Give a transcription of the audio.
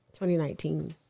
2019